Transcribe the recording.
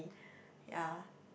ya